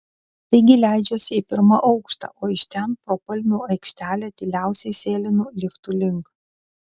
taigi leidžiuosi į pirmą aukštą o iš ten pro palmių aikštelę tyliausiai sėlinu liftų link